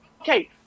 okay